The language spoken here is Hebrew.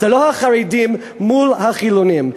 זה לא החרדים מול החילונים.